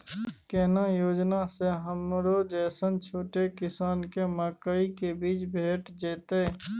केना योजना स हमरो जैसन छोट किसान के मकई के बीज भेट जेतै?